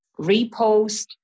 repost